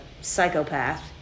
psychopath